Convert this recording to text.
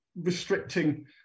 restricting